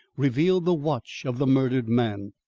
revealed the watch of the murdered man.